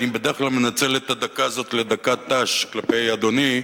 אני בדרך כלל מנצל את הדקה הזאת לדקת ת"ש כלפי אדוני,